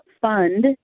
fund